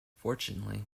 fortunately